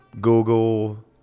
google